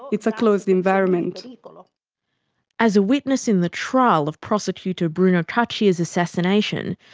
it's a closed environment. but as a witness in the trial of prosecutor bruno caccia's assassination,